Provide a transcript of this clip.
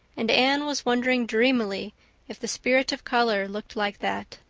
and anne was wondering dreamily if the spirit of color looked like that,